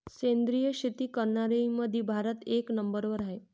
सेंद्रिय शेती करनाऱ्याईमंधी भारत एक नंबरवर हाय